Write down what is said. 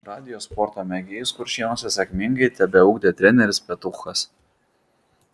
radijo sporto mėgėjus kuršėnuose sėkmingai tebeugdė treneris petuchas